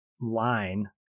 line